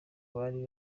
bari